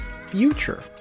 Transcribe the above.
future